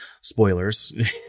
spoilers